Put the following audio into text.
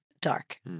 dark